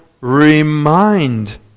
Remind